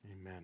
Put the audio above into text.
amen